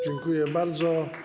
Dziękuję bardzo.